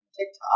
TikTok